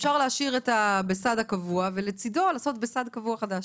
אפשר להשאיר את הקבוע ולצדו לעשות משהו קבוע חדש.